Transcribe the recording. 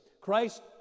Christ